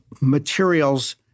materials